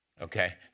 Okay